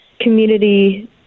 community